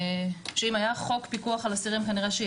שאם היה חוק פיקוח על אסירים כנראה שהיא